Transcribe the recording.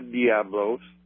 Diablos